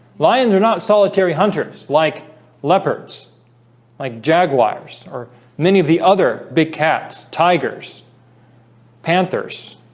lions are not solitary hunters like leopards like jaguars or many of the other big cats tigers panthers